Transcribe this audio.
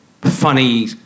funny